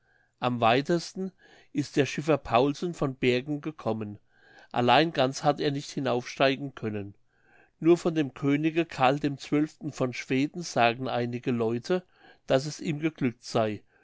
am weitesten ist der schiffer paulsen von bergen gekommen allein ganz hat er nicht hinaufgelangen können nur von dem könige carl dem zwölften von schweden sagen einige leute daß es ihm geglückt sey